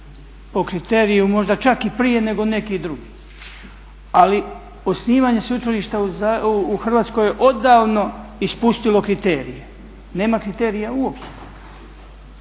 Po kriteriju možda čak i prije nego neki drugi, ali osnivanje sveučilišta u Hrvatskoj je odavno ispustilo kriterije, nema kriterija uopće.